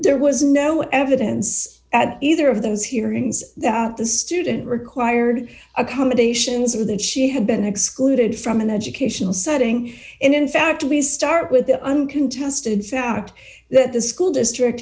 there was no evidence at either of those hearings that the student required accommodations or that she had been excluded from an educational setting and in fact we start with the uncontested fact that the school district